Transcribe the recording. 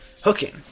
hooking